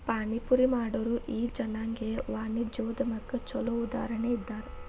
ಪಾನಿಪುರಿ ಮಾಡೊರು ಈ ಜನಾಂಗೇಯ ವಾಣಿಜ್ಯೊದ್ಯಮಕ್ಕ ಛೊಲೊ ಉದಾಹರಣಿ ಇದ್ದಾರ